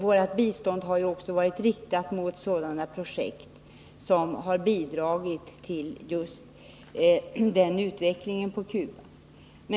Vårt bistånd har också varit riktat mot sådana projekt som har bidragit just till den utvecklingen på Cuba.